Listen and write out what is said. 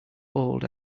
old